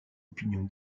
opinion